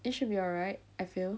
but it should be alright I feel